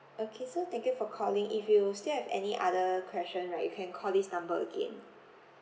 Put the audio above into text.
okay so thank you for calling if you still have any other question right you can call this number again